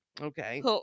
Okay